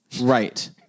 Right